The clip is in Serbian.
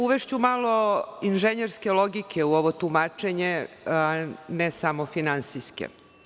Uvešću malo inženjerske logike u ovo tumačenje, ne samo finansijske.